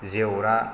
जेवरा